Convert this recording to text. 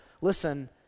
listen